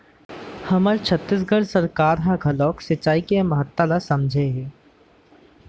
हमर छत्तीसगढ़ सरकार ह घलोक सिचई के महत्ता ल समझे हे